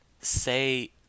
say